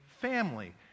family